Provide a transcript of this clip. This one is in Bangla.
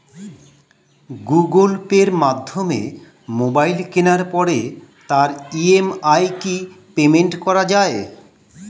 গুগোল পের মাধ্যমে মোবাইল কেনার পরে তার ই.এম.আই কি পেমেন্ট করা যায়?